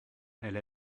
elle